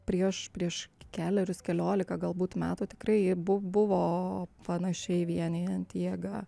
prieš prieš kelerius keliolika galbūt metų tikrai bu buvo panašiai vienijanti jėga